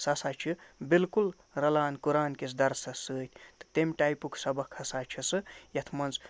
سُہ ہسا چھِ بِلکُل رَلان قُران کِس درسَس سۭتۍ تہٕ تَمہِ ٹایپُک سبق ہسا چھِ سُہ یَتھ منٛز